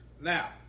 Now